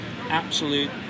absolute